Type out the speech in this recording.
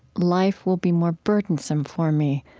life will be more burdensome for me.